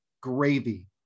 Gravy